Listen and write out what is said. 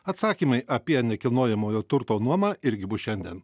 atsakymai apie nekilnojamojo turto nuomą irgi bus šiandien